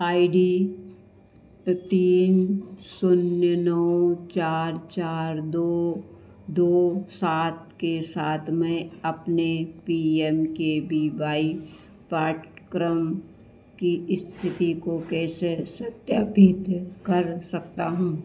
आई D तीन शून्य नौ चार चार दो दो सात के साथ मैं अपने P M K V Y पाठ्यक्रम की इस्थिति को कैसे सत्यापित कर सकता हूँ